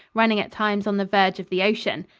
running at times on the verge of the ocean.